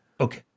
Okay